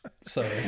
sorry